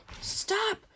Stop